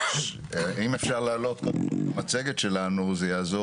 אם אפשר להעלות קודם כל את המצגת שלנו, זה יעזור.